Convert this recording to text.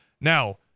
Now